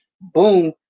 boom